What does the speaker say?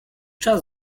czas